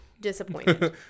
disappointed